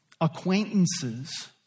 acquaintances